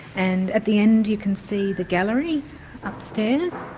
and at the end you can see the gallery upstairs.